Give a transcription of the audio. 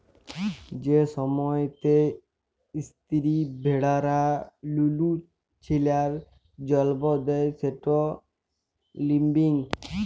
যে সময়তে ইস্তিরি ভেড়ারা লুলু ছিলার জল্ম দেয় সেট ল্যাম্বিং